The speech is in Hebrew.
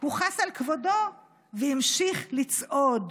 הוא חס על כבודו והמשיך לצעוד.